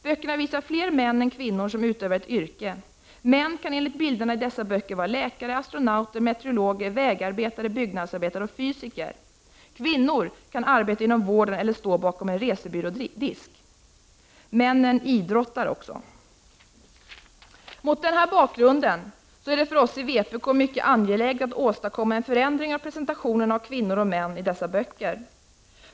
Böckerna visar fler män än kvinnor som utövar ett yrke. Män kan enligt bilderna i dessa böcker vara läkare, astronauter, meteorologer, vägarbetare, byggnadsarbetare och fysiker. Kvinnor kan arbeta inom vård eller stå bakom en resebyrådisk. Männen idrottar också. Mot denna bakgrund är det för oss i vpk angeläget att åstadkomma en förändring av presentationen av kvinnor och män i dessa böcker.